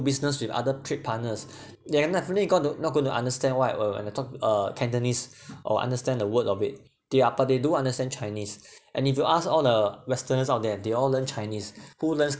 business with other trade partners they definitely got to not gone to understand what uh and talk uh cantonese or understand the word of it they are but they do understand chinese and if you ask all the westerners out there they all learn chinese who learns